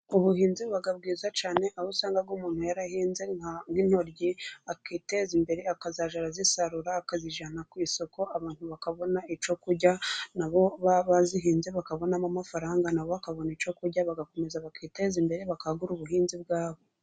Ubuhinzi buba bwiza cyane, aho usanga aho umuntu yarahinze intoryi akiteza imbere, akazajya arazisarura akazijyana ku isoko, abantu bakabona icyo kurya, nabo bazihinze bakabonamo amafaranga, nabo bakabona icyo kurya bagakomeza bakiteza imbere bakagura ubuhinzi bwabo.